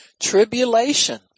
Tribulation